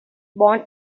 born